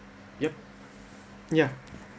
yup yeah